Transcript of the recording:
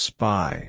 Spy